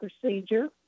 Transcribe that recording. procedure